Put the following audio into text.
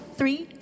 three